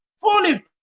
fully